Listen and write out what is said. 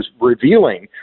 revealing